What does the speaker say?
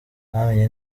namenye